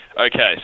Okay